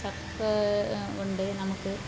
ചക്ക ഉണ്ട് നമുക്ക്